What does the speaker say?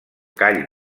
call